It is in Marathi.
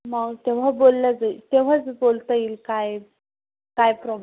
मग तेव्हा बोललं जाईल तेव्हाच बोलता येईल काय काय प्रॉब्